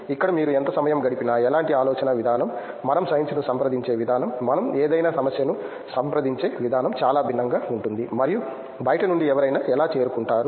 ఇక్కడ మీరు ఎంత సమయం గడిపినా ఎలాంటి ఆలోచనా విధానం మనం సైన్స్ ను సంప్రదించే విధానం మనం ఏదైనా సమస్యను సంప్రదించే విధానం చాలా భిన్నంగా ఉంటుంది మరియు బయటి నుండి ఎవరైనా ఎలా చేరుకుంటారు